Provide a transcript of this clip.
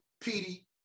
Petey